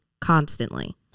constantly